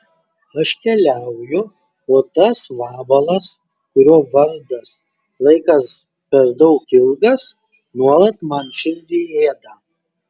aš keliauju o tas vabalas kurio vardas laikas per daug ilgas nuolat man širdį ėda